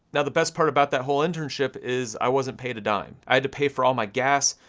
now the best part about that whole internship, is i wasn't paid a dime. i had to pay for all my gas,